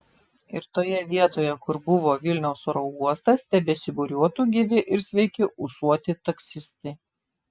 ir toje vietoje kur buvo vilniaus oro uostas tebesibūriuotų gyvi ir sveiki ūsuoti taksistai